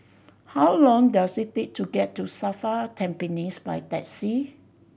how long does it take to get to SAFRA Tampines by taxi